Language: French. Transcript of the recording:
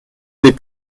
des